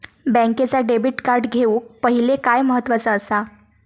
बँकेचा debit card घेउक पाहिले काय महत्वाचा असा?